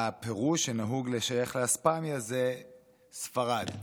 הפירוש שנהוג לשייך לאספמיה זה ספרד.